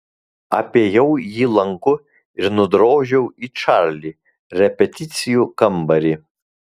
apėjau jį lanku ir nudrožiau į čarli repeticijų kambarį